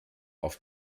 auf